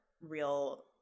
real